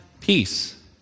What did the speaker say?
peace